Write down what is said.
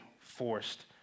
forced